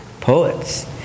poets